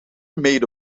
made